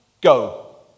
Go